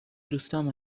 دوستام